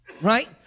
Right